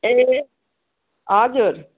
ए हजुर